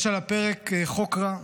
יש על הפרק חוק רע.